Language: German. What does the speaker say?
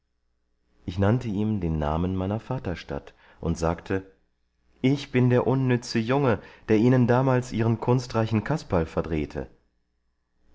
ich nannte ihm den namen meiner vaterstadt und sagte ich bin der unnütze junge der ihnen damals ihren kunstreichen kasperl verdrehte